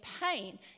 pain